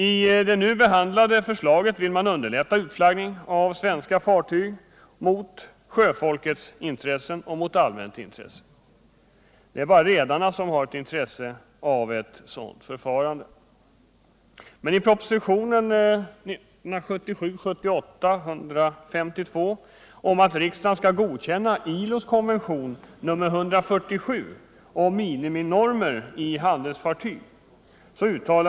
I det nu behandlade förslaget vill man underlätta utflaggning av svenska fartyg — mot sjöfolkets intressen och mot allmänt intresse. Det är bara redarna som har intresse av ett sådant förfarande. I propositionen 1977/78:152 föreslås att riksdagen skall godkänna ILO:s konvention nr 147 om miniminormer i handelsfartyg.